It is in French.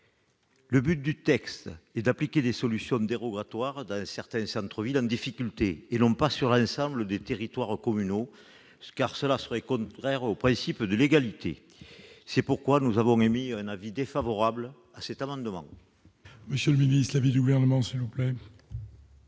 Le but du texte est d'appliquer des solutions dérogatoires dans certains centres-villes en difficulté et non pas sur l'ensemble des territoires communaux, car cela serait contraire au principe d'égalité. C'est pourquoi nous avons émis un avis défavorable sur cet amendement. Quel est l'avis du Gouvernement ? L'avis du